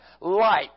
light